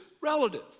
relative